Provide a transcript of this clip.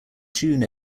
june